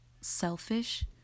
selfish